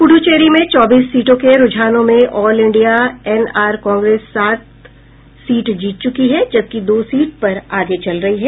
पुद्दचेरी में चौबीस सीटों के रूझानों में all India N R Congress सात सीट जीत चुकी है जबकि दो सीट पर आगे चल रही है